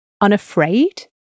unafraid